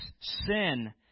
sin